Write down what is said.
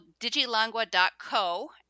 digilangua.co